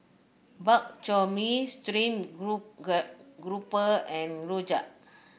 Bak Chor Mee stream grouper and rojak